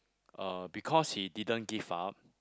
uh because he didn't give up